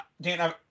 Dan